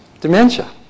dementia